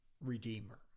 Redeemer